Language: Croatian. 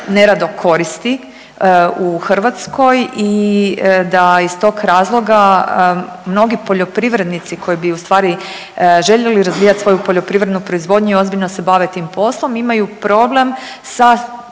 neradno koristi u Hrvatskoj i da iz tog razloga mnogi poljoprivrednici koji bi ustvari željeli razvijati svoju poljoprivrednu proizvodnju i ozbiljno se bave tim poslom imaju problem sa,